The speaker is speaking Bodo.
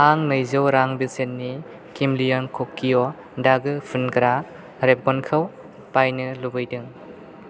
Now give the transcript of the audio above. आं नैजौ रां बेसेननि केमलियान क'क' दागो फुनग्रा रेबगनखौ बायनो लुबैदों